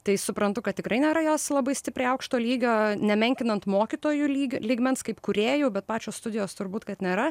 tai suprantu kad tikrai nėra jos labai stipriai aukšto lygio nemenkinant mokytojų lygio lygmens kaip kūrėjų bet pačios studijos turbūt kad nėra